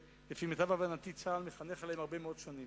שלפי מיטב הבנתי צה"ל מחנך להם הרבה מאוד שנים.